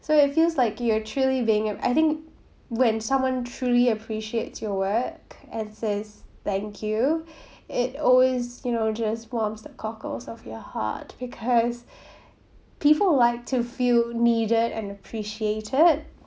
so it feels like you're truly being and I think when someone truly appreciates your work and says thank you it always you know just warms the cockles of your heart because people like to feel needed and appreciated